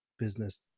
business